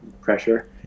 pressure